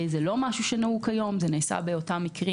זה לא משהו שנהוג היום אלא באותם מקרים